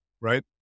right